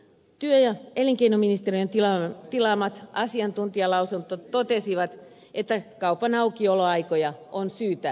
työ ja elinkeinoministeriön tilaamissa asiantuntijalausunnoissa todettiin että kaupan aukioloaikoja on syytä säädellä